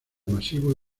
masivo